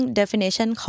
definition